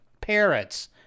parrots